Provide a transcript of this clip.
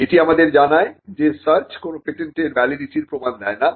এটি আমাদের জানায় যে সার্চ কোন পেটেন্টের ভ্যালিডিটির প্রমাণ দেয় না